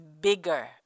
bigger